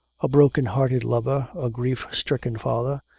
a broken-hearted lover, a grief-stricken father,